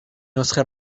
نسخه